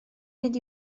fynd